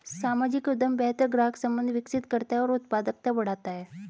सामाजिक उद्यम बेहतर ग्राहक संबंध विकसित करता है और उत्पादकता बढ़ाता है